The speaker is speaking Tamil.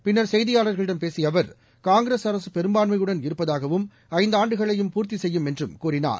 பின்னர் செய்தியாளர்களிடம் பேசிய அவர் காங்கிரஸ் அரசு பெரும்பான்மையுடன் இருப்பதாகவும் ஐந்து ஆண்டுகளையும் பூர்த்தி செய்யும் என்றும் கூறினார்